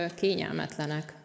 kényelmetlenek